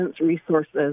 resources